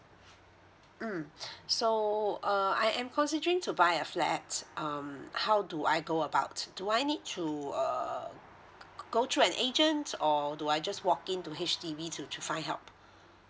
mm so uh I am considering to buy a flat um how do I go about do I need to uh go through an agent or do I just walk into H_D_B to to find help